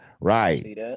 Right